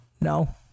No